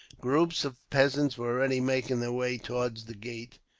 groups of peasants were already making their way towards the gate,